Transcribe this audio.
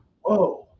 whoa